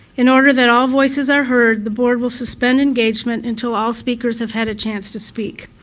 in order that all voices are heard, the board will suspend engagement until all speakers have had a chance to speak.